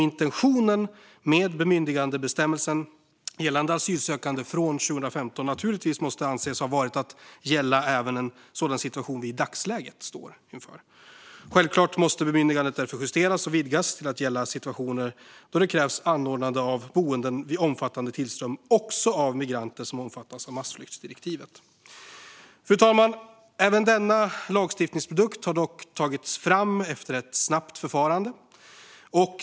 Intentionen med bemyndigandebestämmelsen gällande asylsökande från 2015 måste naturligtvis anses ha varit att den ska gälla även en sådan situation vi i dagsläget står inför. Självklart måste bemyndigandet därför justeras och vidgas till att gälla situationer då det krävs anordnande av boenden vid omfattande tillströmning också av migranter som omfattas av massflyktsdirektivet. Insatser på plan och byggområdet med an-ledning av invasionen av Ukraina Fru talman! Även denna lagstiftningsprodukt har dock tagits fram efter ett snabbt förfarande.